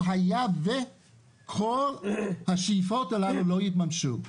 היה וכל השאיפות הללו לא יתממשו.